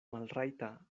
malrajta